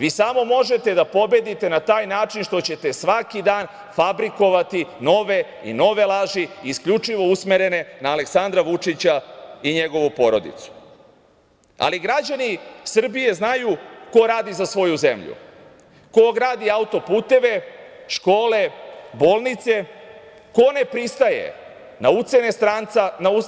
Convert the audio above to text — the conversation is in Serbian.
Vi samo možete da pobedite na taj način što ćete svaki dan fabrikovati nove i nove laži isključivo usmerene ne Aleksandra Vučića i njegovu porodicu, ali građani Srbije znaju ko radi za svoju zemlju, ko gradi auto-puteve, škole, bolnice, ko ne pristaje